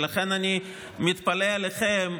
ולכן אני מתפלא עליכם.